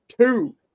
two